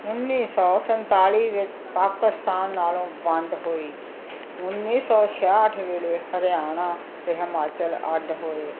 ਉੱਨੀ ਸੌ ਸੰਤਾਲੀ ਵਿੱਚ ਪਾਕਿਸਤਾਨ ਨਾਲੋਂ ਵੰਡ ਹੋਈ ਉੱਨੀ ਸੌ ਛਿਆਹਠ ਵੇਲੇ ਹਰਿਆਣਾ ਅਤੇ ਹਿਮਾਚਲ ਅੱਡ ਹੋਏ